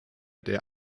der